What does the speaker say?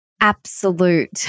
absolute